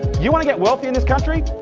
you want to get wealthy in this country?